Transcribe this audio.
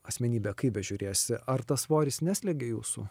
asmenybė kaip bežiūrėsi ar tas svoris neslegia jūsų